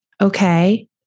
Okay